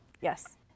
Yes